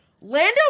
Lando